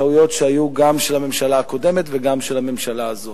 טעויות שהיו גם של הממשלה הקודמת וגם של הממשלה הזאת.